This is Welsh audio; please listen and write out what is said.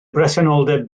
bresenoldeb